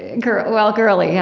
girl well, girly, yeah,